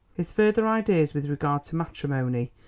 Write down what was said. his further ideas with regard to matrimony,